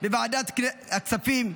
בוועדת הכספים,